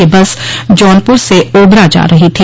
यह बस जौनपुर से ओबरा जा रही थी